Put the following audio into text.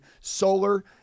Solar